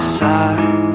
side